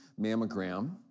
mammogram